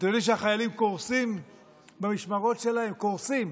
אתם יודעים שהחיילים קורסים במשמרות שלהם, קורסים,